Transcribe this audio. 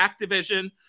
Activision